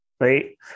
right